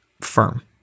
firm